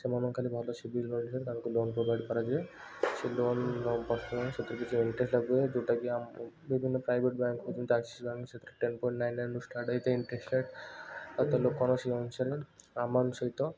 ସେମାନଙ୍କୁ ଖାଲି ଭଲ ସିବିଲ୍ ରହିଥାଏ ତାଙ୍କୁ ଲୋନ୍ ପ୍ରୋଭାଇଡ଼୍ କରାଯାଏ ସେ ଲୋନ୍ ପର୍ଶନାଲ୍ ସେଥିରେ କିଛି ଇଣ୍ଟରେଷ୍ଟ୍ ଲାଗୁ ହୁଏ ଯେଉଁଟାକି ଆମ ବିଭିନ୍ନ ପ୍ରାଇଭେଟ୍ ବ୍ୟାଙ୍କ୍ ଯେଉଁଟା ଆକ୍ସିସ ବ୍ୟାଙ୍କ୍ ସେଥିରେ ଟେନ୍ ପଏଣ୍ଟ୍ ନାଇନ୍ ନାଇନ୍ରୁ ଷ୍ଟାର୍ଟ୍ ହେଇଥାଏ ଇନ୍ଟରେଷ୍ଟଟା ଆଉ ତାହେଲେ କୌଣସି ଅନୁସାରେ ଆମାଉଣ୍ଟ ସହିତ